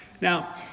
Now